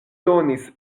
donis